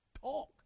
talk